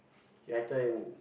he acted in